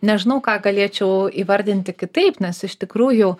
nežinau ką galėčiau įvardinti kitaip nes iš tikrųjų